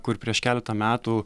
kur prieš keletą metų